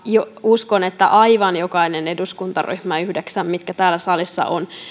uskon että aivan jokainen eduskuntaryhmä ne yhdeksän mitkä täällä salissa ovat